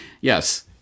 yes